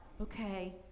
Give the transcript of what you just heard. okay